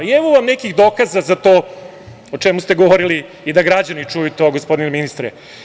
I evo vam nekih dokaza za to o čemu ste govorili i da građani čuju i to, gospodine ministre.